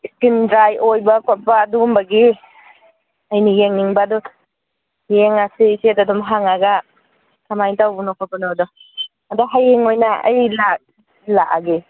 ꯏꯁꯀꯤꯟ dry ꯑꯣꯏꯕ ꯈꯣꯠꯄ ꯑꯗꯨꯒꯨꯝꯕꯒꯤ ꯑꯩꯅ ꯌꯦꯡꯅꯤꯡꯕ ꯑꯗꯨ ꯌꯦꯡꯉꯁꯤ ꯏꯆꯦꯗ ꯑꯗꯨꯝ ꯍꯪꯉꯒ ꯀꯃꯥꯏ ꯇꯧꯕꯅꯣ ꯈꯣꯠꯄꯅꯣꯗꯣ ꯑꯗꯣ ꯍꯌꯦꯡ ꯑꯣꯏꯅ ꯑꯩ ꯂꯥꯛꯑꯒꯦ